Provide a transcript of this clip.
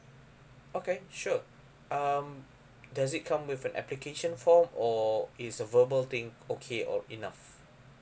okay sure um does it come with an application form or is a verbal thing okay or enough